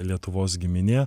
lietuvos giminė